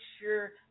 sure